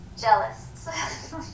Jealous